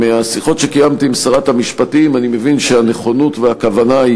מהשיחות שקיימתי עם שרת המשפטים אני מבין שהנכונות והכוונה היא